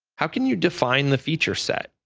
how can you define the feature set?